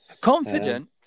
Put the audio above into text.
confident